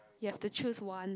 you have to choose one